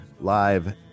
live